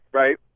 right